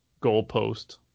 goalpost